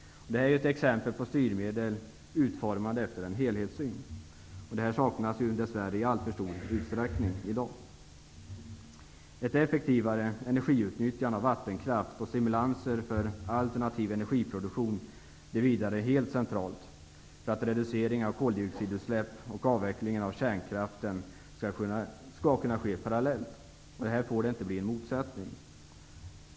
Det här är exempel på styrmedel utformade efter en helhetssyn. Detta saknas dess värre i alltför stor utsträckning i dag. Ett effektivare energiutnyttjande av vattenkraft och stimulanser för alternativ energiproduktion är vidare helt centralt för att reduceringen av koldioxidutsläppen och avvecklingen av kärnkraften skall kunna ske parallellt. Här får det inte bli en motsättning.